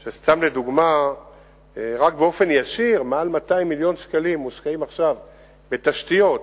אחרי שעמלתי תקופה ארוכה והשגתי אישורים מתקציב משרד התחבורה לבצע,